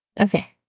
Okay